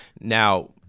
Now